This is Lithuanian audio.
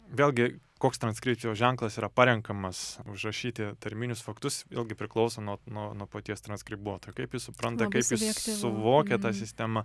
vėlgi koks transkripcijos ženklas yra parenkamas užrašyti tarminius faktus vėlgi priklauso nuo nuo nuo paties transkribuotojo kaip jis supranta kaip jis suvokia tą sistemą